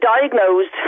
diagnosed